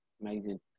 amazing